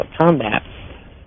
combat